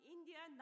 India